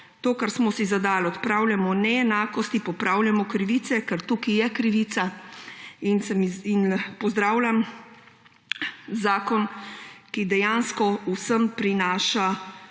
to, kar smo si zadali – odpravljamo neenakosti, popravljamo krivice, ker to je krivica. Pozdravljam zakon, ki dejansko vsem prinaša